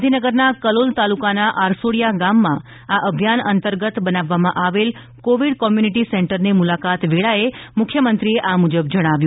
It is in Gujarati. ગાંધીનગરના કલોલ તાલુકાના આરસોડિથા ગામમાં આ અભિયાન અંતર્ગત બનાવવામાં આવેલ કોવિડ કોમ્યુનીટી સેન્ટરની મુલાકાત વેળાએ મુખ્યમંત્રીએ આ મુજબ જણાવ્યું